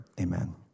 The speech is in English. amen